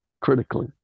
critically